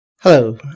Hello